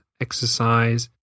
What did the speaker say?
exercise